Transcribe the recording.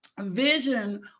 vision